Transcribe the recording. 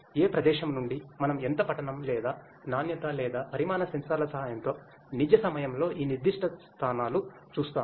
ఏ ప్రదేశం నుండి మనం ఎంత పఠనం లేదా నాణ్యత లేదా పరిమాణ సెన్సార్ల సహాయంతో నిజ సమయంలో ఈ నిర్దిష్ట స్థానాలు చూస్థము